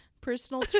Personal